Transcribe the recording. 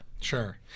Sure